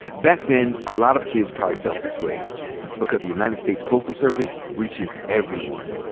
back then a lot of kids probably felt this way because the united states postal service reaches everyone,